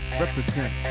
represent